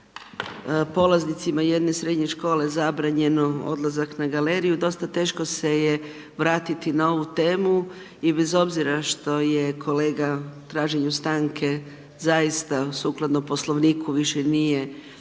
je polaznicima jedne srednje škole zabranjeno odlazak na galeriju, dosta teško se je vratiti na ovu temu i bez obzira što je kolega u traženju stanke zaista sukladno Poslovniku više nije bilo